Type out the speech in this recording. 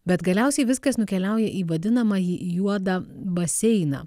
bet galiausiai viskas nukeliauja į vadinamąjį juodą baseiną